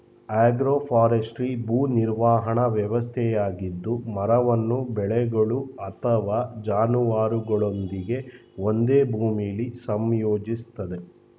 agroforestry ಭೂ ನಿರ್ವಹಣಾ ವ್ಯವಸ್ಥೆಯಾಗಿದ್ದು ಮರವನ್ನು ಬೆಳೆಗಳು ಅಥವಾ ಜಾನುವಾರುಗಳೊಂದಿಗೆ ಒಂದೇ ಭೂಮಿಲಿ ಸಂಯೋಜಿಸ್ತದೆ